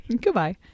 Goodbye